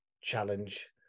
challenge